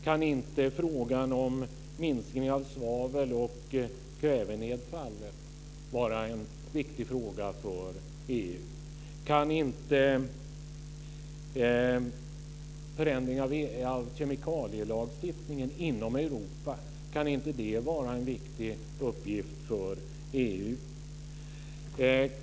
Kan inte frågan om en minskning av svavel och kvävenedfallet vara en viktig fråga för EU? Kan inte förändring av kemikalielagstiftningen inom Europa vara en viktig uppgift för EU?